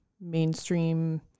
mainstream